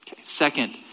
Second